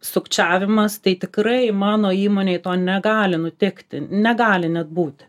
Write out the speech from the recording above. sukčiavimas tai tikrai mano įmonėj to negali nutikti negali net būti